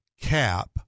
cap